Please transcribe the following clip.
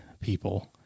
people